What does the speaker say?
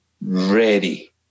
ready